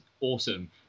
awesome